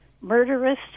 murderous